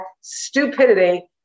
stupidity